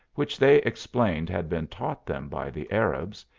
which they explained had been taught them by the arabs,